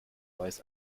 weiß